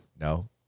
no